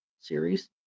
series